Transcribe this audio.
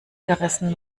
gerissen